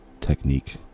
technique